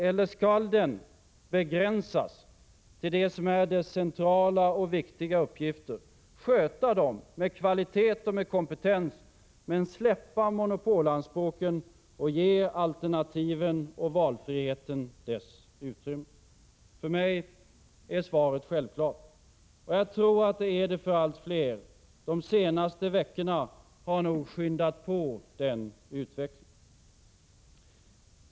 Eller skall den begränsas till det som är dess centrala och viktiga uppgifter, sköta dem med kvalitet och kompetens — men släppa monopolanspråken och ge alternativen och valfriheten deras utrymme? För mig är svaret självklart. Och jag tror att det är det för allt fler. De senaste veckorna har nog skyndat på den utvecklingen.